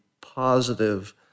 positive